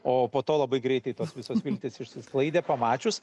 o po to labai greitai tos visos viltys išsisklaidė pamačius